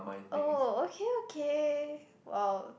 oh okay okay !wow!